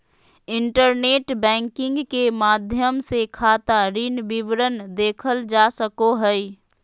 internet banking के माध्यम से खाता ऋण विवरण देखल जा सको हइ